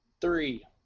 Three